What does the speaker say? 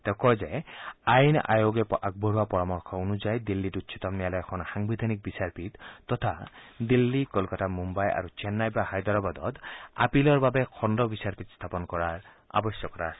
তেওঁ কয় যে আইন আয়োগে আগবঢ়োৱা পৰামৰ্শ অনুযায়ী দিল্লীত উচ্চতম ন্যায়ালয়ৰ এখন সাংবিধানিক বিচাৰপীঠ তথা দিল্লী কলকাতা মূঘ্বাই আৰু চেন্নাই বা হায়দৰাবাদত আপীলৰ বাবে খণ্ড বিচাৰপীঠ স্থাপন কৰাৰ আৱশ্যকতা আছে